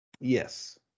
Yes